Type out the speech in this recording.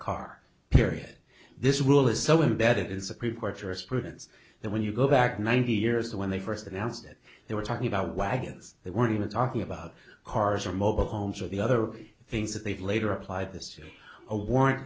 car period this rule is so imbedded in supreme court jurisprudence that when you go back ninety years to when they first announced it they were talking about wagons they weren't even talking about cars or mobile homes or the other things that they've later applied this year a warrant